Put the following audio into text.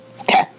Okay